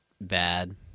bad